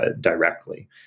directly